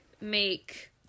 make